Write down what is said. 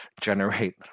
generate